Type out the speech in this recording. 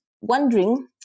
wondering